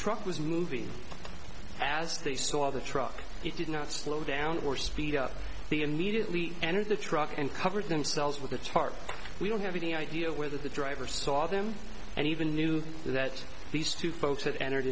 truck was movies as they saw the truck it did not slow down or speed up the immediately enter the truck and covered themselves with a chart we don't have any idea where the driver saw them and even knew that these two folks had entered